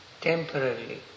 temporarily